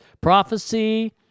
prophecy